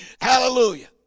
Hallelujah